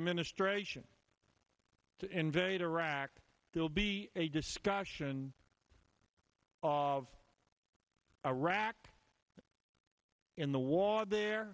administration to invade iraq there will be a discussion of iraq in the war there